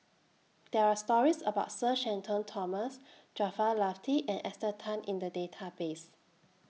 There Are stories about Sir Shenton Thomas Jaafar Latiff and Esther Tan in The Database